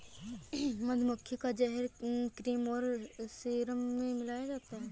मधुमक्खी का जहर क्रीम और सीरम में मिलाया जाता है